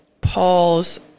Paul's